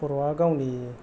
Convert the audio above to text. बर'आ गावनि